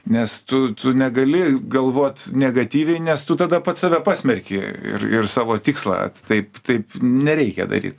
nes tu negali galvot negatyviai nes tu tada pats save pasmerki ir ir savo tikslą taip taip nereikia daryt